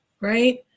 Right